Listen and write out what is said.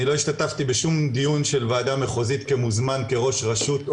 אני לא השתתפתי בשום דיון של ועדה מחוזית כמוזמן כראש רשות,